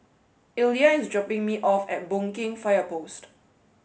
Illya is dropping me off at Boon Keng Fire Post